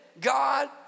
God